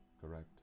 correct